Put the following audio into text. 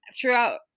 throughout